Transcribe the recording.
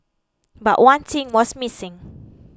but one thing was missing